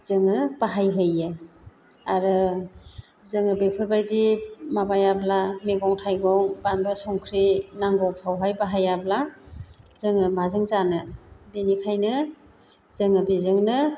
जोङो बाहायहैयो आरो जोङो बेफोरबायदि माबायाब्ला मैगं थाइगं बानलु संख्रि नांगौफ्रावहाय बाहायाब्ला जोङो माजों जानो बेनिखायनो जोङो बेजोंनो